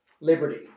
liberty